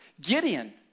Gideon